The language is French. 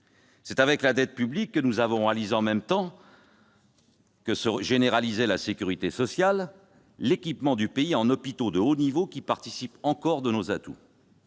C'est avec la dette publique que nous avons réalisé, en même temps que se généralisait la sécurité sociale, l'équipement du pays en hôpitaux de haut niveau, qui participent encore de nos atouts